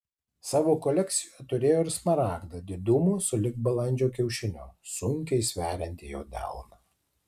savo kolekcijoje turėjo ir smaragdą didumo sulig balandžio kiaušiniu sunkiai sveriantį jo delną